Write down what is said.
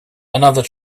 another